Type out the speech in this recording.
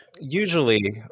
usually